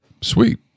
Sweet